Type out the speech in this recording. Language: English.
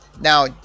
Now